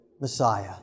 Messiah